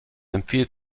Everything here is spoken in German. empfiehlt